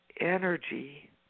energy